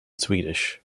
swedish